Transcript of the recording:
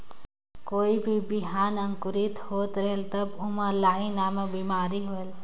कोई भी बिहान अंकुरित होत रेहेल तब ओमा लाही नामक बिमारी होयल?